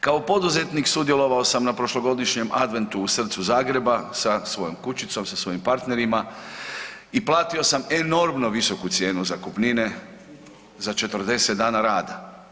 Kao poduzetnik sudjelovao vam na prošlogodišnjem Adventu u srcu Zagreba sa svojom kućicom, sa svojim partnerima i platio sam enormno visoku cijenu zakupnine za 40 dana rada.